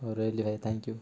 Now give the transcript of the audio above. ହଉ ରହିଲି ଭାଇ ଥ୍ୟାଙ୍କ ୟୁ